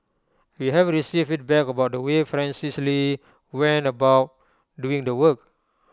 we have received feedback about the way Francis lee went about doing the work